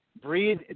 breathe